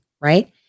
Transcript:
right